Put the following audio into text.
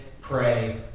pray